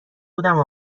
بودم